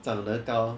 长得高